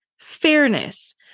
fairness